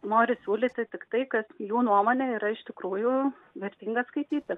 nori siūlyti tik tai kas jų nuomone yra iš tikrųjų vertinga skaityti